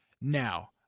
Now